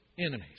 enemies